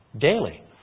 daily